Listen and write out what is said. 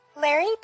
larry